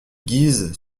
guises